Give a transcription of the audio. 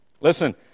Listen